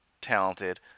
talented